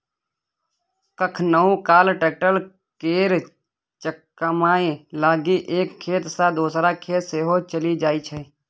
कखनहुँ काल टैक्टर केर चक्कामे लागि एक खेत सँ दोसर खेत सेहो चलि जाइ छै